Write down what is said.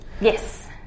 Yes